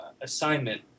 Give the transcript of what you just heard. assignment